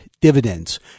dividends